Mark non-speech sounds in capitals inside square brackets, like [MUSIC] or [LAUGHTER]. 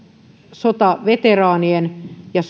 sotaveteraanien ja [UNINTELLIGIBLE]